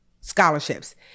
Scholarships